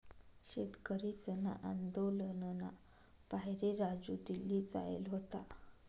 शेतकरीसना आंदोलनना पाहिरे राजू दिल्ली जायेल व्हता